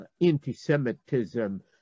anti-Semitism